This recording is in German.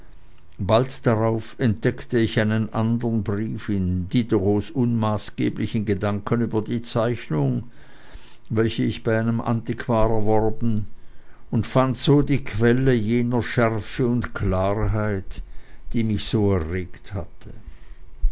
bald darauf entdeckte ich einen andern brief in diderots unmaßgeblichen gedanken über die zeichnung welche ich bei einem antiquar erworben und fand so die quelle jener schärfe und klarheit die mich so erregt hatten